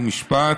חוק ומשפט,